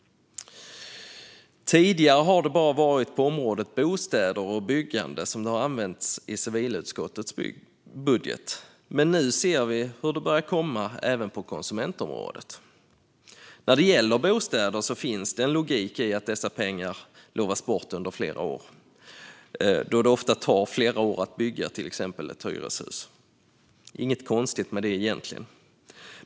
Tidigare har det varit enbart på området bostäder och byggande som detta har använts i civilutskottets budget, men nu ser vi att det börjar komma även på konsumentområdet. När det gäller bostäder finns det en logik i att dessa pengar lovas bort under flera år, då det ofta tar flera år att bygga till exempel ett hyreshus - inget konstigt med det, egentligen.